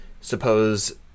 suppose